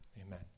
Amen